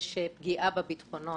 יש כמעט תמיד פגיעה בביטחונות.